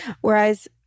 Whereas